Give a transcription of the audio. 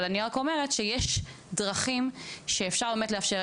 אבל אני רק אומרת שיש דרכים שאפשר באמת לאפשר.